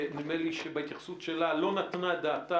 שנדמה לי שבהתייחסות שלה לא נתנה את דעתה